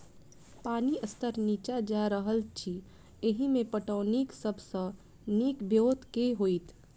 पानि स्तर नीचा जा रहल अछि, एहिमे पटौनीक सब सऽ नीक ब्योंत केँ होइत?